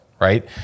right